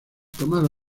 tomaba